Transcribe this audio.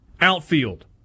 Outfield